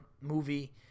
movie